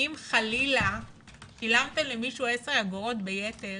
אם חלילה שילמת למישהו 10 אגורות ביתר